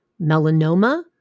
melanoma